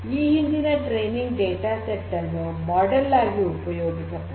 ಈ ಹಿಂದಿನ training data set ಅನ್ನು ಮಾಡೆಲ್ ಮಾಡಲು ಉಪಯೋಗಿಸಬಹುದು